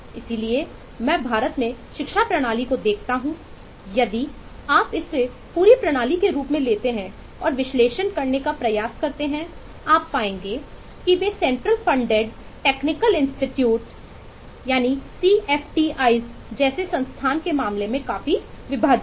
इसलिए मैं भारत में शिक्षा प्रणाली को देखता हूं यदि आप इसे पूरी प्रणाली के रूप में लेते हैं और विश्लेषण करने का प्रयास करते हैं आप पाएंगे कि वे central funded technical institute CFTIs जैसे संस्थान के मामले में काफी विभाजित हैं